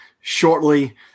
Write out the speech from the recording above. shortly